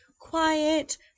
quiet